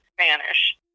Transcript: Spanish